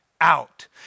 out